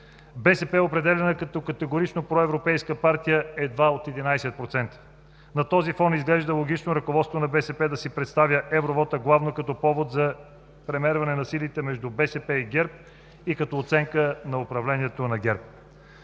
БСП е определяна като категорично проевропейска партия едва от 11%. На този фон изглежда логично ръководството на БСП да си представя евровота главно като повод за премерване на силите между БСП и ГЕРБ и като оценка на управлението на ГЕРБ.